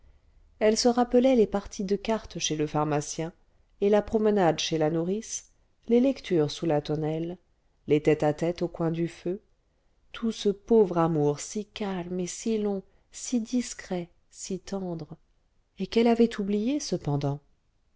elle se rappelait les parties de cartes chez le pharmacien et la promenade chez la nourrice les lectures sous la tonnelle les tête-à-tête au coin du feu tout ce pauvre amour si calme et si long si discret si tendre et qu'elle avait oublié cependant